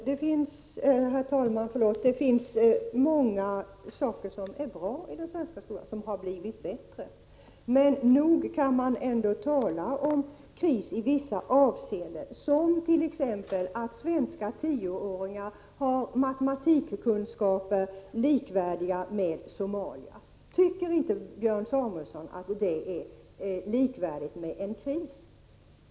Herr talman! Det finns många saker som är bra i den svenska skolan — och som har blivit bättre. Men nog kan man ändå tala om kris i vissa avseenden. Ett exempel är att Sveriges tioåringar har matematikkunskaper likvärdiga med Somalias. Tycker inte Björn Samuelson att det är likvärdigt med en kris?